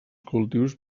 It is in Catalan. cultius